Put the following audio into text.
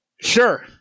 sure